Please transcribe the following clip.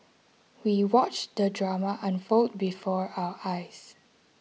we watched the drama unfold before our eyes